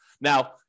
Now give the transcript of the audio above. Now